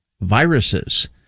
viruses